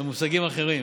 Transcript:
במושגים אחרים,